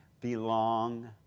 belong